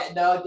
no